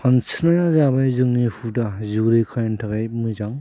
सानस्रिनाया जाबाय जोंनि हुदा जिउ रैखानि थाखाय मोजां